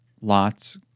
lots